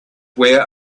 where